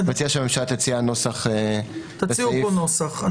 אני מציע שהממשלה תציע נוסח --- תציעו פה נוסח.